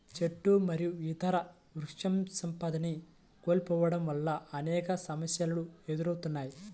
చెట్లు మరియు ఇతర వృక్షసంపదని కోల్పోవడం వల్ల అనేక సమస్యలు ఎదురవుతాయి